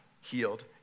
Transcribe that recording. healed